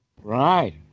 Right